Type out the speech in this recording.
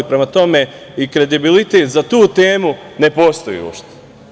Prema tome, kredibilitet za tu temu ne postoji uopšte.